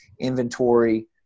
Inventory